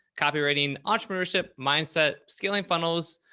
copywriting, entrepreneurship mindset, scaling funnels,